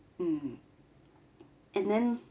mm and then